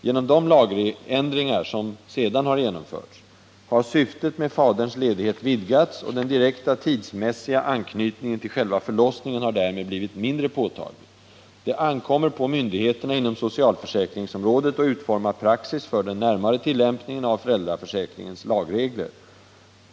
Genom de lagändringar som sedan genomförts har syftet med faderns ledighet vidgats och den direkta tidsmässiga anknytningen till själva förlossningen har därmed blivit mindre påtaglig. Det ankommer på myndigheterna inom socialförsäkringsområdet att utforma praxis för den närmare tillämpningen av föräldraförsäkringens lagregler.